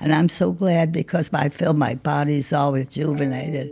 and i'm so glad because i feel my body's all rejuvenated